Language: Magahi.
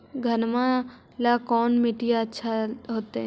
घनमा ला कौन मिट्टियां अच्छा होतई?